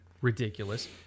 ridiculous